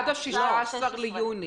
זה עד ה-16 ביוני.